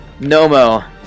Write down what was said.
Nomo